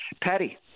Patty